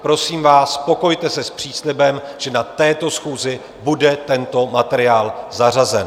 Prosím vás, spokojte se s příslibem, že na této schůzi bude tento materiál zařazen.